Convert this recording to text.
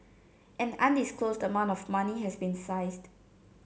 an undisclosed amount of money has been seized